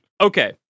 Okay